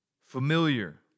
familiar